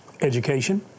education